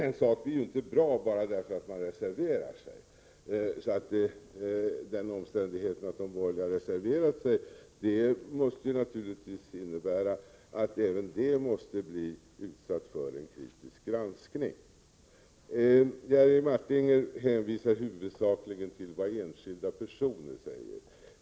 En sak blir ju inte bra bara därför att man reserverar sig, och den omständigheten att de borgerliga har reserverat sig måste naturligtvis innebära att även deras förslag utsätts för kritisk granskning. Jerry Martinger hänvisar huvudsakligen till vad enskilda personer säger.